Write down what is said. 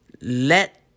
let